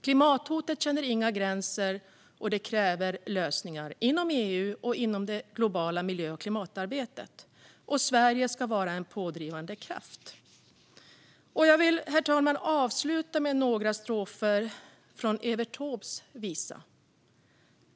Klimathotet känner inga gränser, och det kräver lösningar inom EU och i det globala miljö och klimatarbetet. Sverige ska vara en pådrivande kraft. Jag vill avsluta med en strof ur Evert Taubes visa, herr talman.